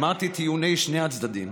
שמעתי את טיעוני שני הצדדים